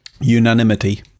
Unanimity